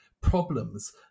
problems